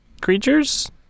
creatures